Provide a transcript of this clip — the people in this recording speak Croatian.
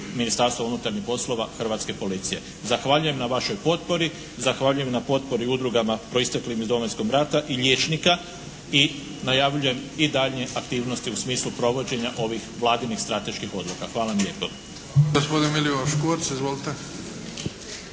Ministarstva unutarnjih poslova hrvatske policije. Zahvaljujem na vašoj potpori, zahvaljujem na potpori udrugama proisteklim iz Domovinskog rata i liječnika i najavljujem i daljnje aktivnosti u smislu provođenja ovih Vladinih strateških odluka. Hvala vam lijepo.